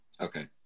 Okay